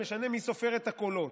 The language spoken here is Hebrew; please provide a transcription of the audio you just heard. משנה מי סופר את הקולות.